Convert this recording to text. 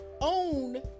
own